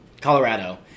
Colorado